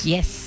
Yes